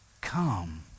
Come